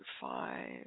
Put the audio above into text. five